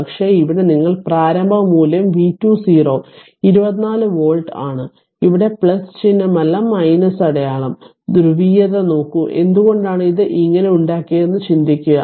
പക്ഷെ ഇവിടെ ഞങ്ങൾ പ്രാരംഭ മൂല്യം v20 24 വോൾട്ട് ആണ് ഇവിടെ ചിഹ്നമല്ല അടയാളം ധ്രുവീയത നോക്കൂ എന്തുകൊണ്ടാണ് ഇത് ഇങ്ങനെ ഉണ്ടാക്കിയതെന്ന് ചിന്തിക്കുക